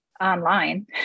online